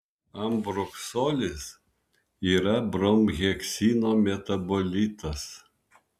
ambroksolis yra bromheksino metabolitas